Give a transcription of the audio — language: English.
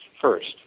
first